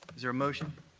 is there a motion?